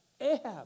Ahab